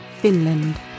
finland